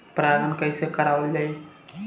परागण कइसे करावल जाई?